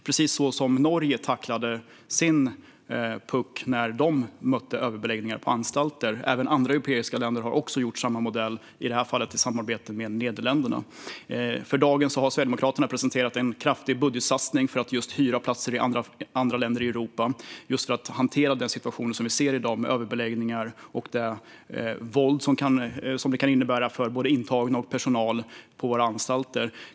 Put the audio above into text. Det var så Norge tacklade sin puckel av överbeläggning på anstalter. Även andra europeiska länder har använt sig av modellen, i detta fall i samarbete med Nederländerna. I dagarna har Sverigedemokraterna presenterat en kraftig budgetsatsning på att hyra fängelseplatser i andra länder i Europa för att hantera den situation vi ser i Sverige i dag med överbeläggning och det våld som det kan innebära för både intagna och personal på våra anstalter.